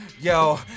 Yo